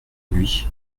nuit